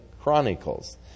Chronicles